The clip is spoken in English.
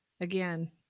again